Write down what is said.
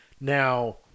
Now